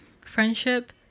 friendship